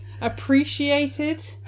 appreciated